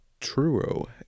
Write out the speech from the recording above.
Truro